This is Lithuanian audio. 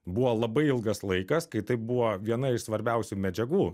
buvo labai ilgas laikas kai tai buvo viena iš svarbiausių medžiagų